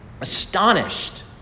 astonished